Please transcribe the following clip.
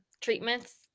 treatments